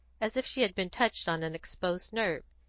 as if she had been touched on an exposed nerve.